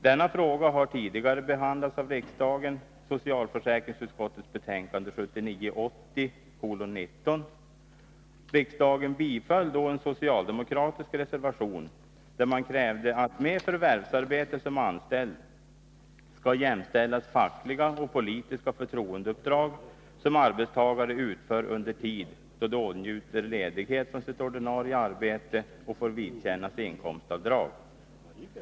Denna fråga har tidigare behandlats av riksdagen, genom socialförsäkringsutskottets betänkande 1979/80:19. Riksdagen biföll då en socialdemokratisk reservation, där man krävde att fackliga och politiska förtroendeuppdrag som arbetstagare utför under tid då de åtnjuter ledighet från sitt ordinarie arbete och får vidkännas inkomstavdrag skulle jämställas med förvärvsarbete som anställd.